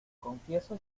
confieso